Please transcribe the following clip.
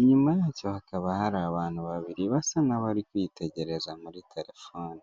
inyuma yacyo hakaba hari abantu babiri basa, n'abari kwitegereza muri telefone.